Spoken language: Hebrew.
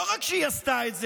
לא רק שהיא עשתה את זה,